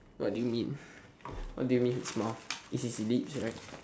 what do you mean what do you mean his mouth is his lips right